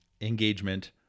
engagement